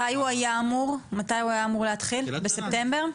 מתי הוא היה אמור להתחיל, בספטמבר?